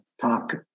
talk